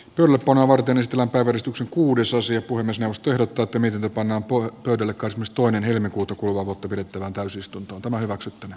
ylipainoa varten ystävänpäiväristuksen kuudes osia puimisen asteelle tuottamiselle tänä vuonna todennäköisyys toinen helmikuuta kuluvaa vuotta pidettävään täysistuntoon tämä hyväksytyn